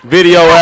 Video